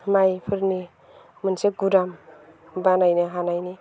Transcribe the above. माइफोरनि मोनसे गुदाम बानायनो हानायनि